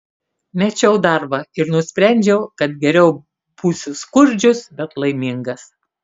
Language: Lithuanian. mečiau darbą ir nusprendžiau kad geriau būsiu skurdžius bet laimingas